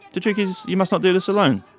the trick is you must not do this alone,